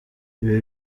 ibi